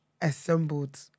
assembled